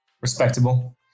respectable